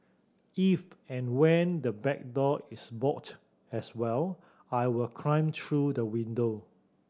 if and when the back door is bolted as well I will climb through the window